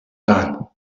done